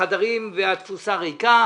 החדרים עומדים ריקים.